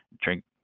drink